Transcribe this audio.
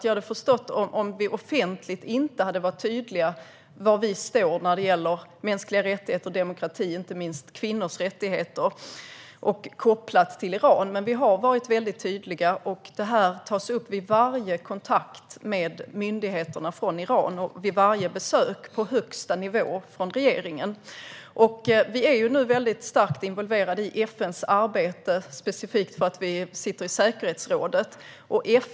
Jag hade förstått det om vi offentligt inte hade varit tydliga med var vi står när det gäller mänskliga rättigheter, demokrati och inte minst kvinnors rättigheter kopplat till Iran. Men vi har varit väldigt tydliga, och det här tas upp vid varje kontakt med myndigheterna i Iran och vid varje besök på högsta nivå från regeringen. Vi är nu väldigt starkt involverade i FN:s arbete, specifikt för att vi sitter i säkerhetsrådet.